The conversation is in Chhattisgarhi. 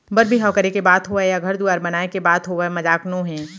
बर बिहाव करे के बात होवय या घर दुवार बनाए के बात होवय मजाक नोहे